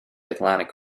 atlantic